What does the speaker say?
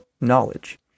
knowledge